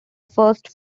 first